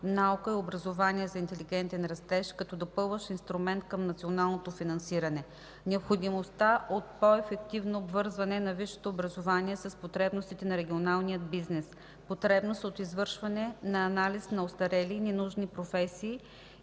„Наука и образование за интелигентен растеж”, като допълващ инструмент към националното финансиране; необходимостта от по-ефективно обвързване на висшето образование с потребностите на регионалния бизнес; потребност от извършване на анализ на остарели и ненужни професии